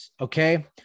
Okay